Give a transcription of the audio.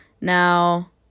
Now